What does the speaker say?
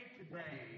today